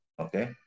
Okay